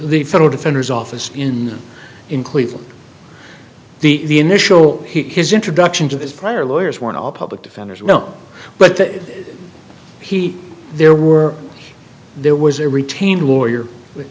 the federal defender's office in in cleveland the initial his introduction to his prior lawyers were all public defenders no but that he there were there was a retained lawyer with